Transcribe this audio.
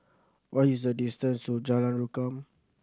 what is the distance to Jalan Rukam